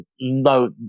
no